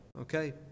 Okay